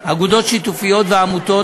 אגודות שיתופיות ועמותות,